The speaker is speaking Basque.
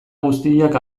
guztiak